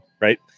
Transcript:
right